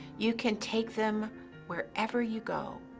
you can take them wherever you go,